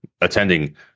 attending